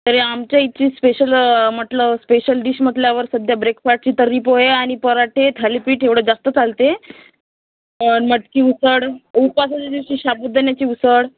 तरी आमच्या इथची स्पेशल म्हटलं स्पेशल डिश म्हटल्यावर सध्या ब्रेकफास्टची तर्री पोहे आणि पराठे थालीपीठ एवढं जास्त चालते आणि मटकी उसळ उपासाच्या दिवशी साबुदाण्याची उसळ